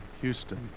Houston